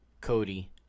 Cody